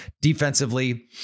defensively